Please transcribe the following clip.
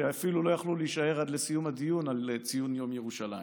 ואפילו לא יכלו להישאר עד לסיום הדיון על ציון יום ירושלים.